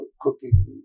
cooking